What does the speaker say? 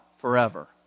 forever